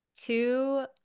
two